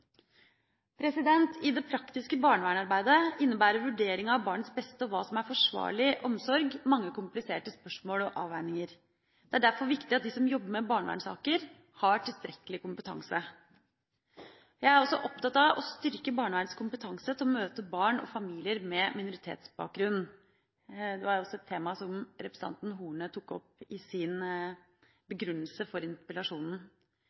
i fosterhjem. I det praktiske barnevernarbeidet innebærer vurderinga av barnets beste og hva som er forsvarlig omsorg, mange kompliserte spørsmål og avveininger. Det er derfor viktig at de som jobber med barnevernssaker, har tilstrekkelig kompetanse. Jeg er også opptatt av å styrke barnevernets kompetanse til å møte barn og familier med minoritetsbakgrunn. Det var også et tema som representanten Horne tok opp i sin begrunnelse for interpellasjonen.